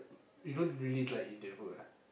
you don't really like Indian food lah